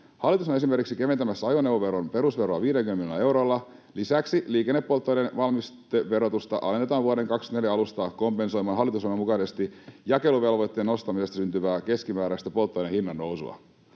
Hallitus on esimerkiksi keventämässä ajoneuvoveron perusveroa 50 miljoonalla eurolla. Lisäksi liikennepolttoaineiden valmisteverotusta alennetaan vuoden 24 alusta kompensoimaan hallitusohjelman mukaisesti jakeluvelvoitteen nostamisesta syntyvää keskimääräistä polttoaineen hinnannousua.